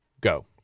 go